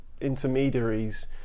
intermediaries